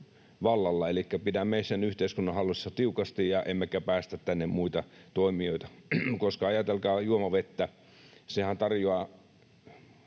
pidämme sen yhteiskunnan hallussa tiukasti emmekä päästä tänne muita toimijoita. Ajatelkaa juomavettä: jos